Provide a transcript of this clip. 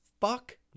fuck